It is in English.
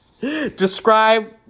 Describe